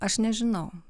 aš nežinau